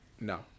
No